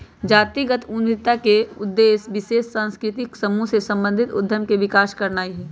जातिगत उद्यमिता का उद्देश्य विशेष सांस्कृतिक समूह से संबंधित उद्यम के विकास करनाई हई